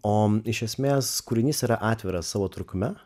o iš esmės kūrinys yra atviras savo trukme